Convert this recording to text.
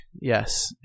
yes